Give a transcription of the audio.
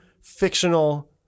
fictional